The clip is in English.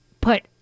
put